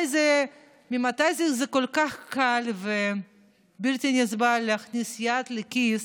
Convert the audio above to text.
ממתי זה כל כך קל ובלתי נסבל להכניס יד לכיס?